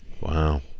wow